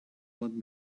want